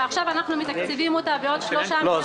ועכשיו אנחנו מתקצבים אותה בעוד 3 מיליארד --- את